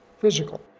physical